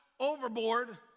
overboard